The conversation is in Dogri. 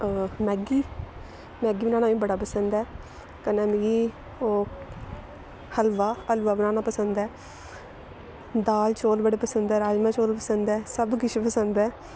मैगी मैगी बनाना मिगी बड़ा पसंद ऐ कन्नै मिगी ओह् हलवा हलवा बनाना पसंद ऐ दाल चौल बड़ा पसंद ऐ राजमांह् चौल पसंद ऐ सब किश पसंद ऐ